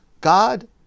God